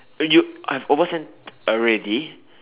oh you have overspent already